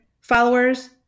followers